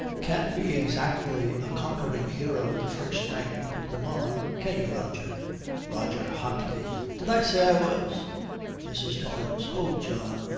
can't be exactly a conquering hero the first night you put them on, can you, roger roger, hotly, did i say i was mrs. torrance. oh, john!